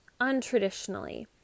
untraditionally